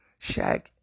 Shaq